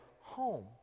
home